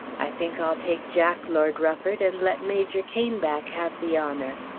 i think i'll take jack, lord rufford, and let major caneback have the honour.